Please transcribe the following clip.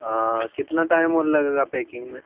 हाँ कितना टाइम और लगेगा पॅकिंग में